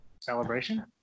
celebration